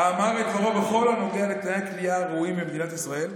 אמר את דברו בכל הנוגע לתנאי כליאה ראויים במדינת ישראל.